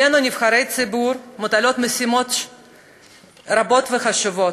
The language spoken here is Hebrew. עלינו, נבחרי ציבור, מוטלות משימות רבות וחשובות.